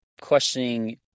questioning